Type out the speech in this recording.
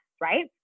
right